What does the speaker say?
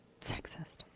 sexist